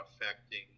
affecting